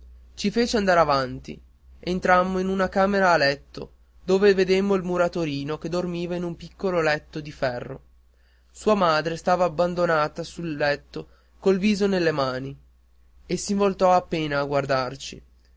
ci fece andar avanti entrammo in una camera a tetto dove vedemmo il muratorino che dormiva in un piccolo letto di ferro sua madre stava abbandonata sul letto col viso nelle mani e si voltò appena a guardarci